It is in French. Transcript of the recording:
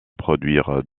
produire